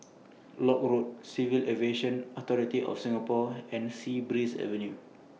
Lock Road Civil Aviation Authority of Singapore and Sea Breeze Avenue